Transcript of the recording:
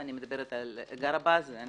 ואני מדברת על ערד,